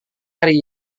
hari